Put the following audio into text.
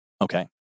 Okay